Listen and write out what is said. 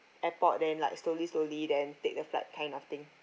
airport then like slowly slowly then take the flight kind of thing